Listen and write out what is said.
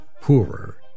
poorer